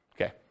Okay